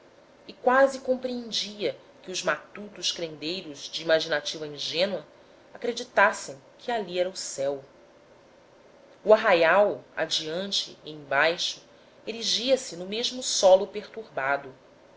e quase compreendia que os matutos crendeiros de imaginativa ingênua acreditassem que ali era o céu o arraial adiante e embaixo erigia se no mesmo solo perturbado